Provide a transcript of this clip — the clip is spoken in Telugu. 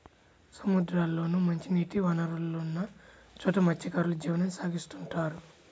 సముద్రాల్లోనూ, మంచినీటి వనరులున్న చోట మత్స్యకారులు జీవనం సాగిత్తుంటారు